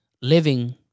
living